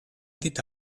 dit